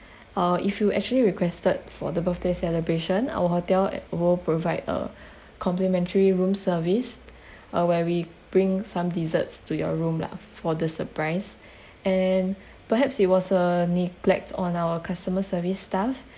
uh if you actually requested for the birthday celebration our hotel will provide a complimentary room service uh where we bring some desserts to your room lah for the surprise and perhaps it was a neglect on our customer service staff